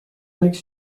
makes